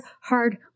hard